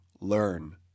learn